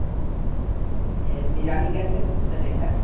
یہ بریانی کیسے پلیٹ ہے